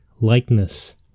likeness